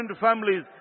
families